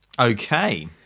Okay